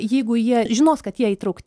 jeigu jie žinos kad jie įtraukti